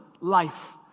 life